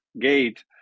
gate